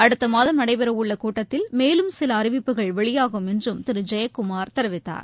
அடுத்தமாதம் நடைபெறவுள்ளகூட்டத்தில் மேலும் சிலஅறிவிப்புகள் வெளியாகும் என்றம் திருஜெயக்குமார் தெரிவித்தார்